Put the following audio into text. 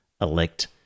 elect